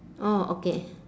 orh okay